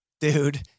dude